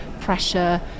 pressure